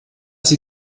sie